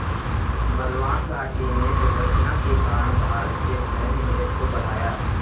बलवान घाटी में दुर्घटना के कारण भारत के सैन्य बजट को बढ़ाया